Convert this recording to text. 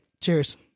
Cheers